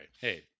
Hey